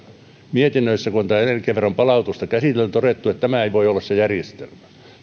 mietinnöissä kun tätä energiaveron palautusta on käsitelty todettu että tämä ei voi olla se järjestelmä